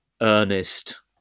earnest